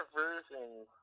versions